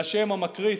והשמע מקריס,